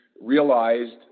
realized